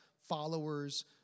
followers